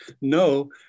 no